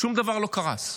שום דבר לא קרס.